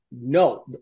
No